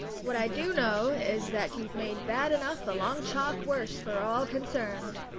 what i do know is that you've made bad enough a long chalk worse for all concerned,